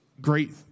great